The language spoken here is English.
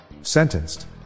Sentenced